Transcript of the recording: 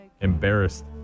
Embarrassed